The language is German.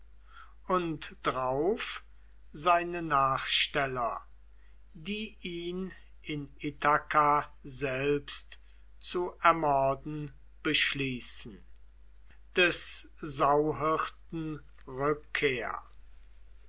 und drauf seine nachsteller die ihn in ithaka selbst zu ermorden beschließen des sauhirten rückkehr